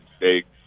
mistakes